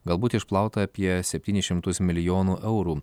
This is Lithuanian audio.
galbūt išplauta apie septynis šimtus milijonų eurų